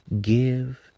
give